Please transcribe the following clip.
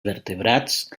vertebrats